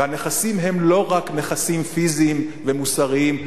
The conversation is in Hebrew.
והנכסים הם לא רק נכסים פיזיים ומוסריים.